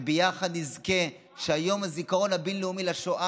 יחד נזכה שיום הזיכרון הבין-לאומי לשואה